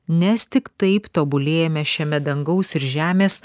nes tik taip tobulėjame šiame dangaus ir žemės